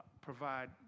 provide